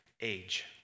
age